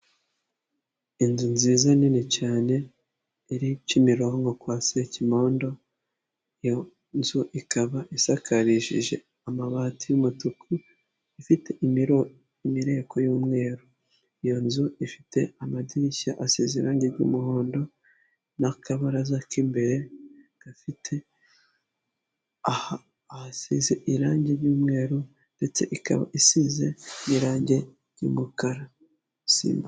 Inzu nziza nini cyane iri kimironko kwa sekimodo iyo nzu, ikaba isakarishije amabati y’umutuku ifite imireko y'umweru iyo nzu ifite amadirishya asize ibara ry'umuhondo n'akabaraza k'imbere gafite ahasize irangi ry'umweru ndetse ikaba isize irangi ry'umukara sima.